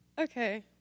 Okay